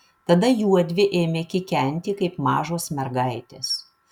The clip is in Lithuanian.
tada juodvi ėmė kikenti kaip mažos mergaitės